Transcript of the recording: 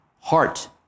heart